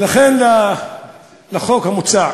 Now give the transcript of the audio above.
ולכן, לחוק המוצע,